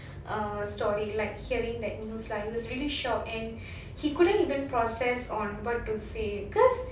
uh story like hearing that news lah he was really shocked and he couldn't even process on what to say because